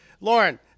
Lauren